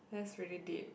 that's really deep